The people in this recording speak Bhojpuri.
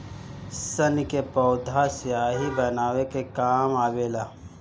सन के पौधा स्याही बनावे के काम आवेला